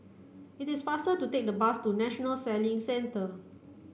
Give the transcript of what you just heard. it is faster to take the bus to National Sailing Centre